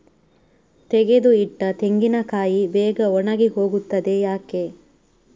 ತೆಗೆದು ಇಟ್ಟ ತೆಂಗಿನಕಾಯಿ ಬೇಗ ಒಣಗಿ ಹೋಗುತ್ತದೆ ಯಾಕೆ?